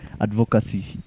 advocacy